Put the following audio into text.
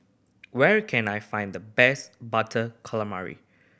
where can I find the best Butter Calamari